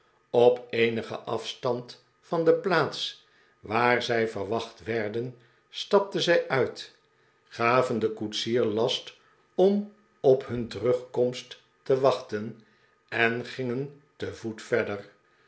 op eenigen afstand van de plaats waar zij verwacht werden stapten zij uit gav'en den koetsier last om op hun terugkomst te wachten en gingen te voet verr